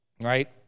right